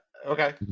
Okay